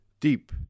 deep